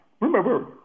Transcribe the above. Remember